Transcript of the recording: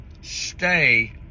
stay